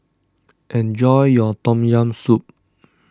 enjoy your Tom Yam Soup